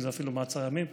אם זה אפילו מעצר ימים.